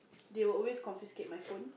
they will always confiscate my phone